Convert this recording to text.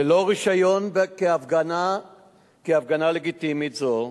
ללא רשיון, כהפגנה "לגיטימית" זו,